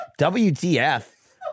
WTF